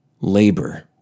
labor